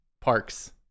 parks